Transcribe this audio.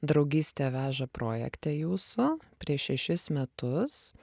draugystė veža projekte jūsų prieš šešis metus